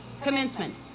commencement